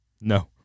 No